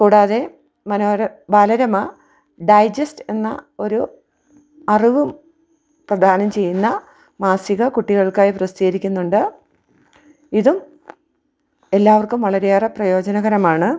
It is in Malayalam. കൂടാതെ മനോര ബാലരമ ഡൈജസ്റ്റ് എന്ന ഒരു അറിവും പ്രധാനം ചെയ്യുന്ന മാസിക കുട്ടികൾക്കായി പ്രസിദ്ധീകരിക്കുന്നുണ്ട് ഇതും എല്ലാവർക്കും വളരെയേറെ പ്രയോജനകരമാണ്